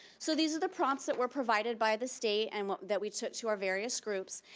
so these are the prompts that were provided by the state and that we took to our various groups,